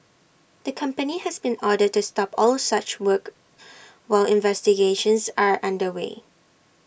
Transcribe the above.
the company has been ordered to stop all such work while investigations are under way